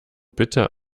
bitte